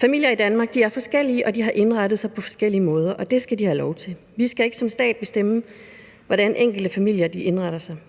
Familier i Danmark er forskellige, og de har indrettet sig på forskellige måder, og det skal de have lov til. Vi skal ikke som stat bestemme, hvordan de enkelte familier indretter sig.